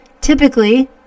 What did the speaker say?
typically